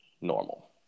normal